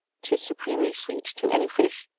tis supremely sweet to any fish,